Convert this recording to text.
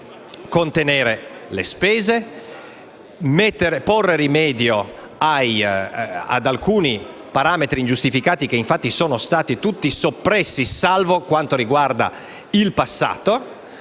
contenere le spese, porre rimedio ad alcuni parametri ingiustificati, che infatti sono stati tutti soppressi, salvo quanto riguarda il passato.